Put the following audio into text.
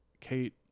Kate